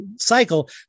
cycle